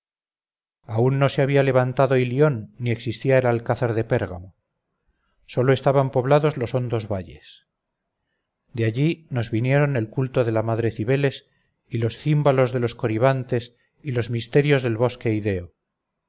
aun no se había levantado ilión ni existía el alcázar de pérgamo sólo estaban poblados los hondos valles de allí nos vinieron el culto de la madre cibeles y los címbalos de los coribantes y los misterios del bosque ideo